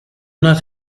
not